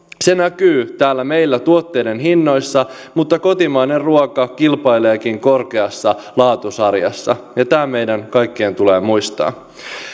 se näkyy täällä meillä tuotteiden hinnoissa mutta kotimainen ruoka kilpaileekin korkeassa laatusarjassa ja tämä meidän kaikkien tulee muistaa